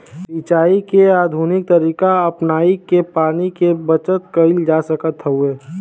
सिंचाई के आधुनिक तरीका अपनाई के पानी के बचत कईल जा सकत हवे